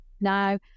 Now